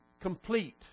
complete